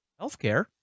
healthcare